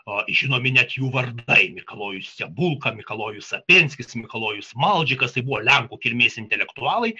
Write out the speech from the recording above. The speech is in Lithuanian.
o žinomi net jų vardai mikalojus sebulka mikalojus sapenskis mikalojus maudžikas tai buvo lenkų kilmės intelektualai